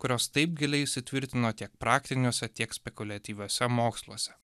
kurios taip giliai įsitvirtino tiek praktiniuose tiek spekuliatyviuose moksluose